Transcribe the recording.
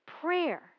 prayer